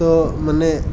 তো মানে